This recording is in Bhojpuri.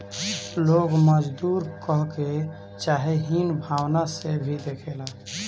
लोग मजदूर कहके चाहे हीन भावना से भी देखेला